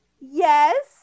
Yes